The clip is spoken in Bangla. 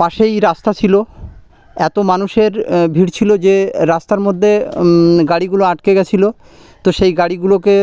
পাশেই রাস্তা ছিল এত মানুষের ভিড় ছিল যে রাস্তার মধ্যে গাড়িগুলো আটকে গিয়েছিল তো সেই গাড়িগুলোকে